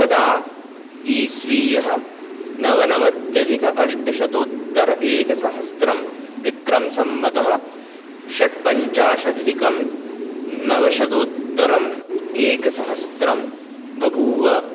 तदा ईस्वीयः नवनवत्यधिक अष्टशतोत्तरएकसहस्रं विक्रमसम्वतः षट्पञ्चाशदधिकं नवशतोत्तरम् एकसहस्रं बभूव